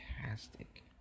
fantastic